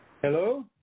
Hello